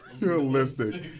Realistic